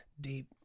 deep